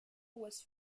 was